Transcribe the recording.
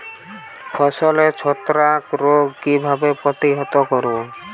ফসলের ছত্রাক রোগ কিভাবে প্রতিহত করব?